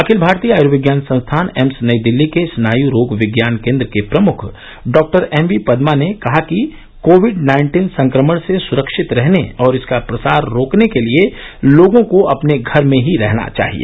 अखिल भारतीय आयूर्विज्ञान संस्थान एम्स नई दिल्ली के स्नाय रोग विज्ञान केंद्र के प्रमुख डॉक्टर एम वी पदमा ने कहा कि कोविड नाइन्टीन संक्रमण से सुरक्षित रहने और इसका प्रसार रोकने के लिए लोगों को अपने घर में ही रहना चाहिए